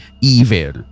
evil